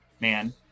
Man